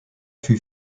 fut